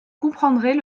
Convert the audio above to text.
comprendrez